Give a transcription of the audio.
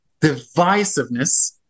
divisiveness